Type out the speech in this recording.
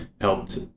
helped